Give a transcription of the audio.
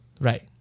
Right